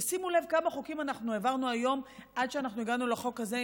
תשימו לב כמה חוקים אנחנו העברנו היום עד שאנחנו הגענו לחוק הזה,